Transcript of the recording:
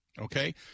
okay